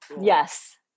yes